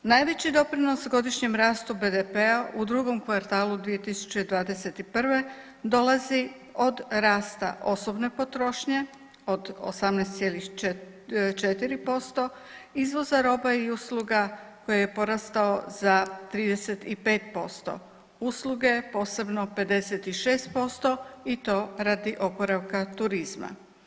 Najveći doprinos godišnjem rastu BDP-a u drugom kvartalu 2021. dolazi od rasta osobne potrošnje od 18,4%, izvoza roba i usluga koji je porastao za 35%, usluge posebno 56% i to radi oporavka turizma.